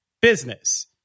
business